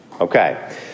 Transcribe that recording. Okay